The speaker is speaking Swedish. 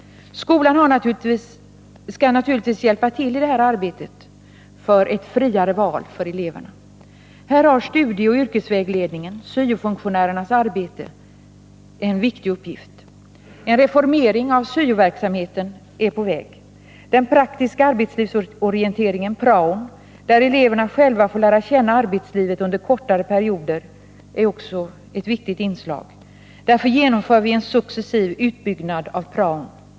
Skolan önskar naturligtvis hjälpa till i detta arbete för ett friare val för eleverna. Här har studieoch yrkesvägledningen, syofunktionärernas arbete, en viktig uppgift. En reformering av syoverksamheten är på väg. Den praktiska arbetslivsorienteringen — praon — där eleverna själva får lära känna arbetslivet under kortare perioder är också ett mycket viktigt inslag. Därför genomför vi en successiv utbyggnad av praon.